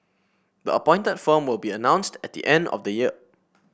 the appointed firm will be announced at the end of the year